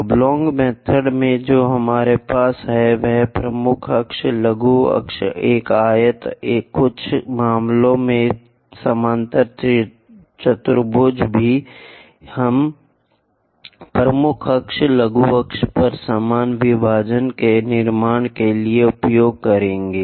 oblong method में जो हमारे पास है वह प्रमुख अक्ष लघु अक्ष एक आयत है कुछ मामलों में समांतर चतुर्भुज भी हम प्रमुख अक्ष लघु अक्ष पर समान विभाजनों के निर्माण के लिए उपयोग करेंगे